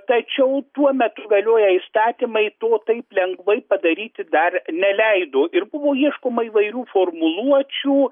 tačiau tuo metu galioję įstatymai to taip lengvai padaryti dar neleido ir buvo ieškoma įvairių formuluočių